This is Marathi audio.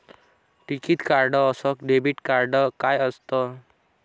टिकीत कार्ड अस डेबिट कार्ड काय असत?